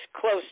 close